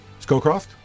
Scowcroft